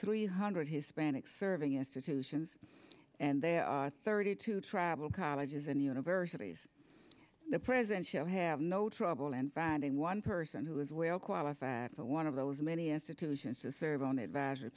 three hundred hispanic serving institutions and they are thirty to travel colleges and universities the president shall have no trouble in finding one person who is well qualified for one of those many institutions to serve on the advisory